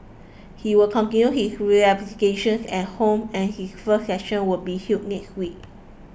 he will continue his rehabilitation at home and his first session will be held next week